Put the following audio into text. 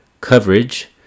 coverage